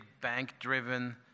bank-driven